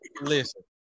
Listen